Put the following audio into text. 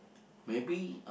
maybe